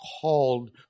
called